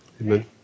Amen